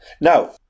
Now